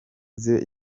zibe